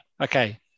Okay